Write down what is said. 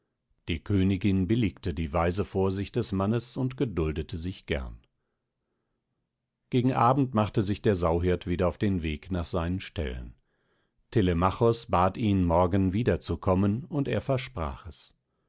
die königin billigte die weise vorsicht des mannes und geduldete sich gern gegen abend machte sich der sauhirt wieder auf den weg nach seinen ställen telemachos bat ihn morgen wieder zu kommen und er versprach es